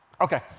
Okay